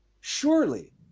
Surely